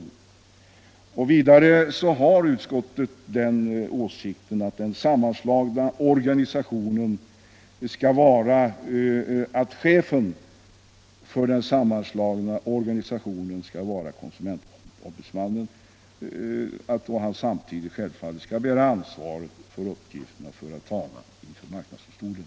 Utskottet har vidare den åsikten att chefen för den sammanslagna organisationen skall vara konsumentombudsmannen och att han självfallet samtidigt skall bära ansvaret för uppgiften att föra talan inför marknadsdomstolen.